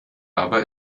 aber